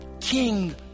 King